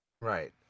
Right